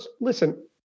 listen